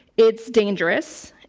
it's dangerous,